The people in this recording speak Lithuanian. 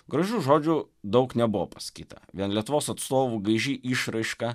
gražių žodžių daug nebuvo pasakyta vien lietuvos atstovų gaiži išraiška